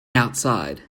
outside